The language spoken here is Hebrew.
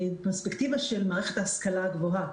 מפרספקטיבה של מערכת ההשכלה הגבוהה.